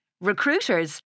Recruiters